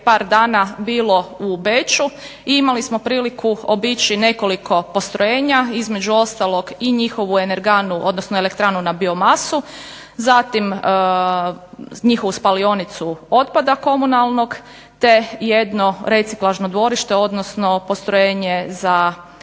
par dana bilo u Beču i imali smo priliku obići nekoliko postrojenja, između ostalog i njihovu energanu odnosno elektranu na biomasu, zatim njihovu spalionicu otpada komunalnog te jedno reciklažno dvorište, odnosno postrojenje za selektiranje